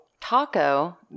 Taco